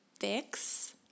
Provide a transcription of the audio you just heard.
fix